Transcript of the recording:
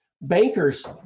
bankers